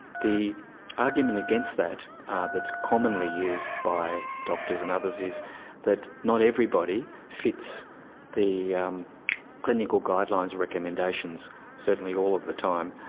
the argument against that that is commonly used by doctors and others is that not everybody fits the clinical guidelines and recommendations certainly all of the time,